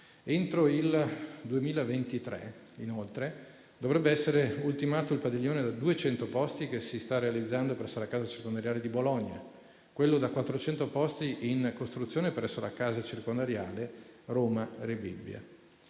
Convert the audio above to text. Entro il 2023, inoltre, dovrebbe essere ultimato il padiglione da 200 posti che si sta realizzando presso la casa circondariale di Bologna, nonché quello da 400 posti in costruzione presso la casa circondariale Roma Rebibbia.